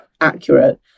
accurate